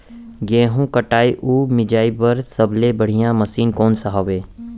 गेहूँ के कटाई अऊ मिंजाई बर सबले बढ़िया मशीन कोन सा हवये?